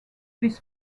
this